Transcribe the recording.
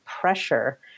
pressure